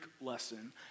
lesson